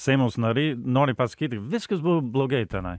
seimos nariai nori pasakyti viskas buvo blogai tenai